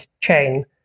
chain